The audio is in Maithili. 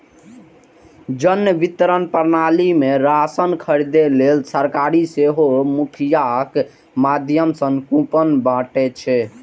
जन वितरण प्रणाली मे राशन खरीदै लेल सरकार सेहो मुखियाक माध्यम सं कूपन बांटै छै